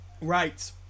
Right